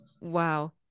Wow